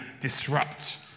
disrupt